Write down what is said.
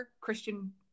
Christian